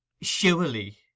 surely